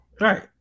Right